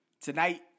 tonight